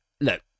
look